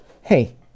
Hey